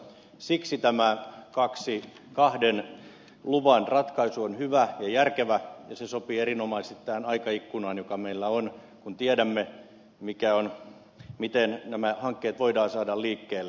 siksi tämä kahden luvan ratkaisu on hyvä ja järkevä ja se sopii erinomaisesti tähän aikaikkunaan joka meillä on kun tiedämme miten nämä hankkeet voidaan saada liikkeelle